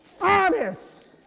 Honest